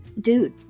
Dude